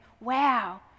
wow